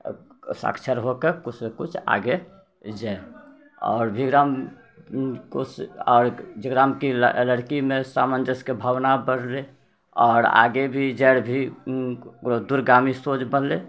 साक्षर होके किछु ने किछु आगे जाइ आओर भी एकरामे कोस आओर जकरामे कि लड़कीमे सामंजस्यके भावना बढ़लै आओर आगे भी जाइलए भी दूरगामी सोच बनलै